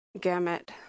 gamut